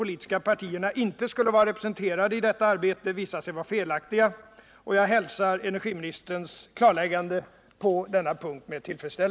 Hur många anställda inom kraftföretagen, verkstadsindustrin, byggnadsindustrin m.m. berörs av de förhandlingar som nu inletts?